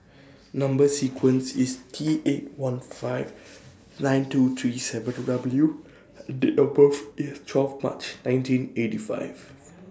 Number sequence IS T eight one five nine two three seven W and Date of birth IS twelve March nineteen eighty five